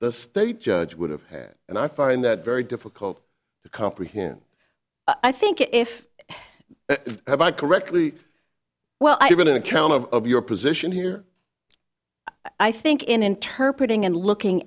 the state judge would have had and i find that very difficult to comprehend i think if i correctly well i have an account of your position here i think in interpret ing and looking